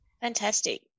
Fantastic